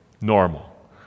normal